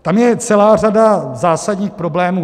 Tam je celá řada zásadních problémů.